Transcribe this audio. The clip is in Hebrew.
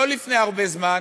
לא לפני הרבה זמן,